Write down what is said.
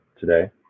today